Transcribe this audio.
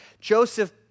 Joseph